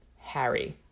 Harry